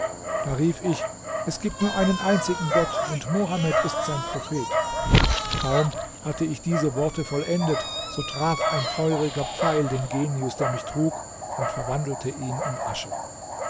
da rief ich es gibt nur einen einzigen gott und mohammed ist sein prophet kaum hatte ich diese worte vollendet so traf ein feuriger pfeil den genius der mich trug und verwandelte ihn in asche